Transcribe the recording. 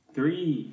Three